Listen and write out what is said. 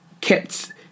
kept